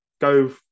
go